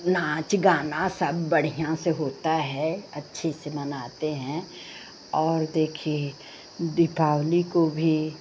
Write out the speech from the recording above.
नाच गाना सब बढ़ियाँ से होता है अच्छे से मनाते हैं और देखिए दीपावली को भी